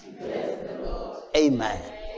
amen